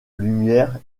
lumière